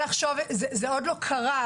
זה עוד לא קרה,